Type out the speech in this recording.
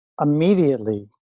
immediately